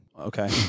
Okay